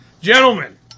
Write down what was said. gentlemen